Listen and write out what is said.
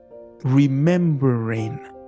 remembering